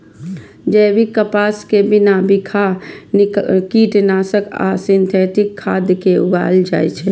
जैविक कपास कें बिना बिखाह कीटनाशक आ सिंथेटिक खाद के उगाएल जाए छै